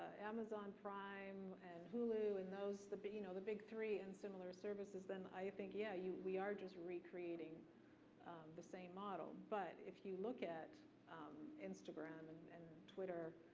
amazon prime, and hulu and those, the big you know the big three in similar services, then i think yeah, we are just recreating the same model. but if you look at instagram and and twitter,